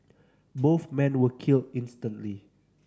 both men were killed instantly